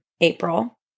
April